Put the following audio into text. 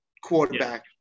quarterback